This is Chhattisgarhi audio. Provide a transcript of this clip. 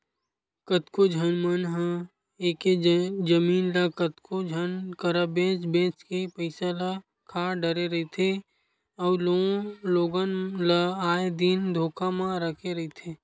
कतको झन मन ह एके जमीन ल कतको झन करा बेंच बेंच के पइसा ल खा डरे रहिथे अउ लोगन ल आए दिन धोखा म रखे रहिथे